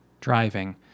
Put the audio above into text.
driving